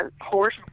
horse